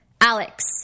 Alex